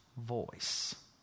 voice